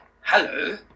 hello